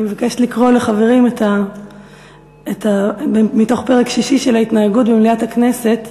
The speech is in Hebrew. אני מבקשת לקרוא לחברים מתוך פרק שישי: של ההתנהגות במליאת הכנסת,